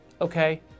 Okay